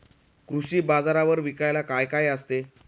कृषी बाजारावर विकायला काय काय असते?